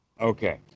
okay